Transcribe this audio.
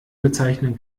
bezeichnen